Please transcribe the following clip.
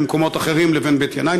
בין מקומות אחרים לבין בית-ינאי,